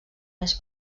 més